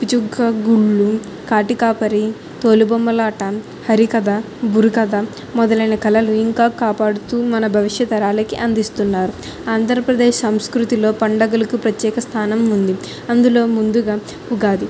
పిచ్చుక గూళ్ళు కాటికాపరి తోలుబొమ్మలాట హరికథ బుర్రకథ మొదలైన కళలు ఇంకా కాపాడుతూ మన భవిష్యత్తు తరాలకి అందిస్తున్నారు ఆంద్రప్రదేశ్ సంస్కృతిలో పండుగలకు ప్రత్యేక స్థానం ఉంది అందులో ముందుగా ఉగాది